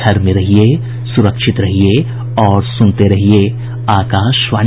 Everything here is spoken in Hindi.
घर में रहिये सुरक्षित रहिये और सुनते रहिये आकाशवाणी